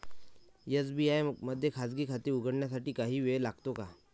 SBI मध्ये खाजगी खाते उघडण्यासाठी काही वेळ लागतो का?